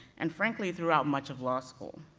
and frankly throughout much of law school.